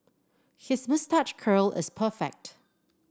his moustache curl is perfect